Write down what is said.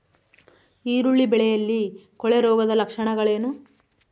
ಈರುಳ್ಳಿ ಬೆಳೆಯಲ್ಲಿ ಕೊಳೆರೋಗದ ಲಕ್ಷಣಗಳೇನು?